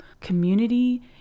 community